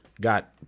got